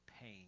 pain